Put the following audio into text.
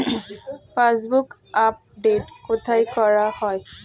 Passbook update কোথায় করা হয়?